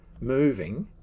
moving